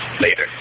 Later